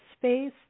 space